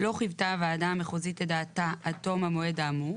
לא חוותה הוועדה המחוזית את דעתה עד תום המועד האמור